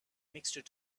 mixture